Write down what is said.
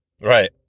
Right